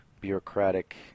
bureaucratic